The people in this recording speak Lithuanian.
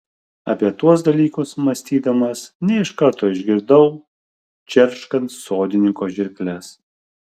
apie tuos dalykus mąstydamas ne iš karto išgirdau džerškant sodininko žirkles